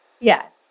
Yes